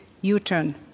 U-turn